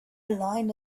line